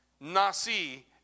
nasi